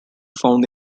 found